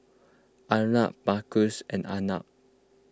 Arnab Mukesh and Arnab